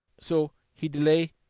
so he delay,